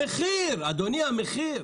המחיר, אדוני, המחיר.